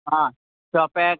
हां सप्याक